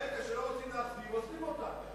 ברגע שלא רוצים להחזיר, עוזבים אותה.